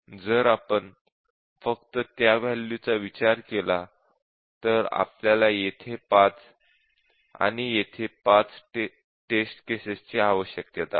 जर आपण फक्त त्या वॅल्यूचा विचार केला तर आपल्याला येथे 5 आणि येथे 5 टेस्ट केसेस ची आवश्यकता आहे